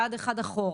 לקחו צעד אחד אחורה,